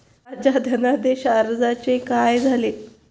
माझ्या धनादेश अर्जाचे काय झाले?